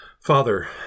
Father